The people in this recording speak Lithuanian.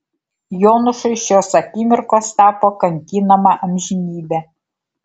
jonušui šios akimirkos tapo kankinama amžinybe